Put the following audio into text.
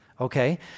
Okay